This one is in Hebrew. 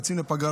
יוצאים לפגרה,